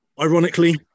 Ironically